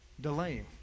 delaying